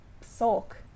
sulk